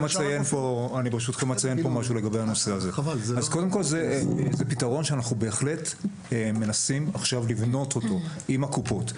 זה פתרון שאנחנו בהחלט מנסים לבנות עם הקופות.